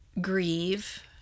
grieve